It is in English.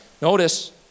notice